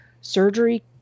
surgery